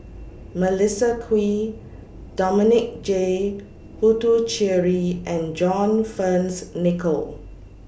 Melissa Kwee Dominic J Puthucheary and John Fearns Nicoll